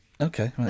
Okay